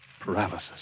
paralysis